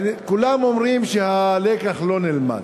כולם אומרים שהלקח לא נלמד.